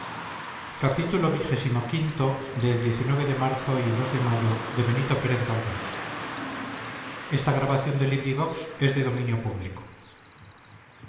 xxvi xxvii xxviii xxix xxx el de marzo y el de mayo de